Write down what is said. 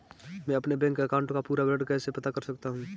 मैं अपने bank account का पूरा विवरण कैसे पता कर सकता हूँ?